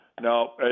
No